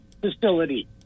facility